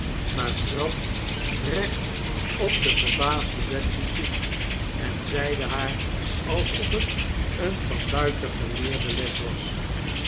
maar trad recht op deverbaasde betsy toe en zeide haar alsof het eene van buiten geleerde les was